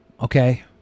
Okay